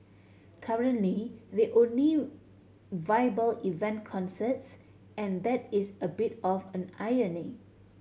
currently the only viable event concerts and that is a bit of an irony